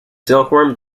silkworm